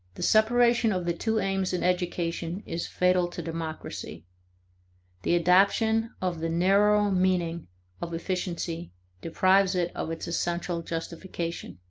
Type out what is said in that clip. the separation of the two aims in education is fatal to democracy the adoption of the narrower meaning of efficiency deprives it of its essential justification.